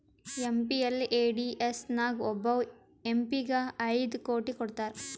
MPLADS ನಾಗ್ ಒಬ್ಬವ್ M P ಗ ಐಯ್ಡ್ ಕೋಟಿ ಕೊಡ್ತಾರ್